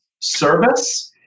service